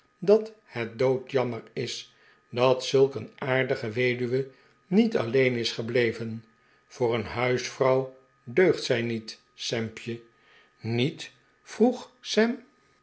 dat het doodjammer is dat zulk een aardige weduwe niet alleen is gebleven voor een huisvrouw deugt zij niet sampje niet vroeg sam